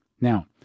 now